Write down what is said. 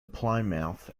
plymouth